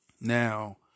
now